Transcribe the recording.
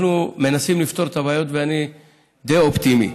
אנחנו מנסים לפתור את הבעיות, ואני די אופטימי.